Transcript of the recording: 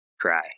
cry